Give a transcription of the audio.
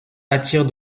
attire